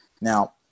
Now